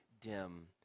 dim